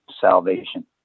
salvation